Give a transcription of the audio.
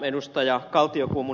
tämä ed